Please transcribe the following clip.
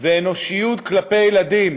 ואנושיות כלפי ילדים